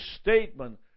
statement